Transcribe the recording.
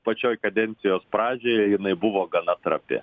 pačioj kadencijos pradžioje jinai buvo gana trapi